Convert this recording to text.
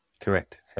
Correct